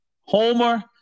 Homer